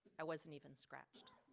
i wasn't even scratched.